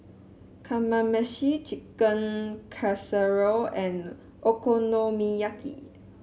Kmameshi Chicken Casserole and Okonomiyaki